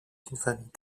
famille